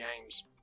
Games